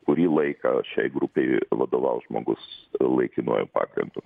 kurį laiką šiai grupei vadovaus žmogus laikinuoju pagrindu